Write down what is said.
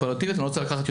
מסכים בהחלט.